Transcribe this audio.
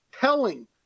telling